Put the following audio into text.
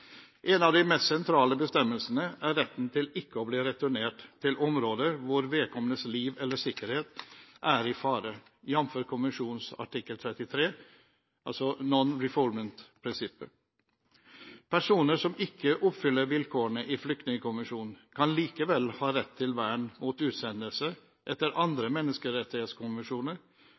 En av de mest sentrale bestemmelsene er retten til ikke å bli returnert til områder hvor vedkommendes liv eller sikkerhet er i fare, jf. konvensjonens artikkel 33, «non refoulement»-prinsippet. Personer som ikke oppfyller vilkårene i flyktningkonvensjonen, kan likevel ha rett til vern mot utsendelse etter andre